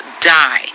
die